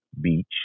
beach